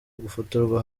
gufotorwa